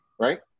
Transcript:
Right